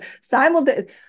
simultaneously